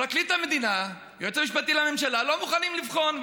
פרקליט המדינה והיועץ המשפטי לממשלה לא מוכנים לבחון,